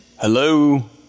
Hello